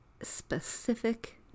specific